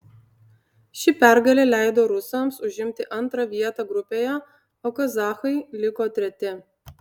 ši pergalė leido rusams užimti antrą vietą grupėje o kazachai liko treti